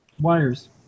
Wires